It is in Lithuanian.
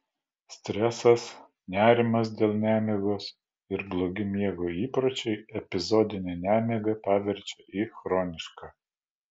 stresas nerimas dėl nemigos ir blogi miego įpročiai epizodinę nemigą paverčia į chronišką